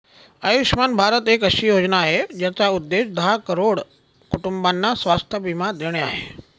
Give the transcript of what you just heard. आयुष्यमान भारत एक अशी योजना आहे, ज्याचा उद्देश दहा करोड कुटुंबांना स्वास्थ्य बीमा देणे आहे